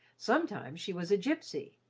sometimes she was a gypsy,